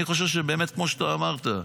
אני חושב שכמו שאתה אמרת,